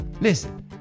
Listen